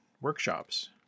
workshops